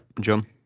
John